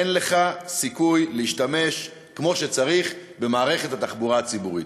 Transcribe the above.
אין לך סיכוי להשתמש כמו שצריך במערכת התחבורה הציבורית.